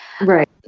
Right